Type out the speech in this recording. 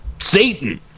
Satan